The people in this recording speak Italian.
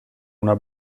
una